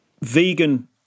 vegan